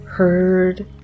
Heard